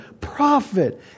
prophet